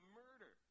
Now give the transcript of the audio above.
murder